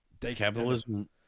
Capitalism